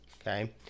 okay